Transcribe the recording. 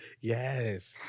Yes